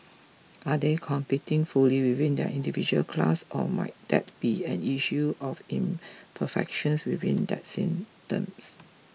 are they competing fully within their individual class or might that be an issue of imperfections within that systems